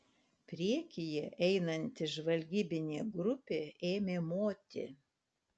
priekyje einanti žvalgybinė grupė ėmė moti